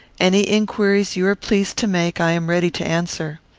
any inquiries you are pleased to make, i am ready to answer.